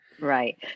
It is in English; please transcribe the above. right